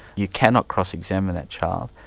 you cannot cross-examine that child,